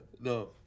no